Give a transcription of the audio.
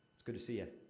it's good to see ya.